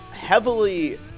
heavily